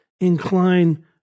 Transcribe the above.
incline